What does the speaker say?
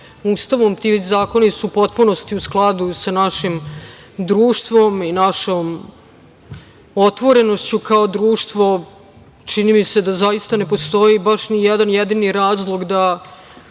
Ustavom. Ti zakoni su u potpunosti u skladu sa našim društvom i našom otvorenošću kao društva. Čini mi se da zaista ne postoji baš ni jedan jedini razlog da